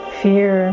fear